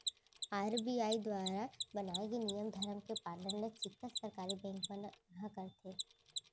RBI दुवारा बनाए गे नियम धरम के पालन ल चिक्कन सरकारी बेंक मन ह करथे